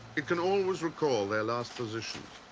it can always recall their last positions,